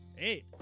Eight